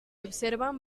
observan